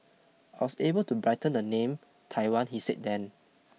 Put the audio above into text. I'll stable to brighten the name Taiwan he said then